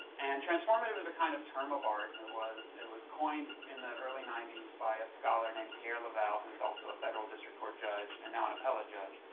and transformative is a kind of term of art, it was it was coined in the early ninety s by a scholar named pierre leval who's also a federal district judge and now an appellate judge.